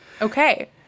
Okay